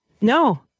No